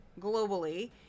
globally